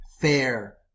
fair